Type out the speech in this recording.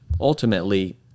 ultimately